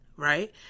Right